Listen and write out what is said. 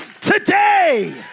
today